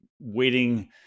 waiting